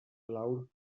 loud